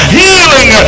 healing